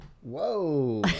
whoa